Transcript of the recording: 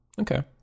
Okay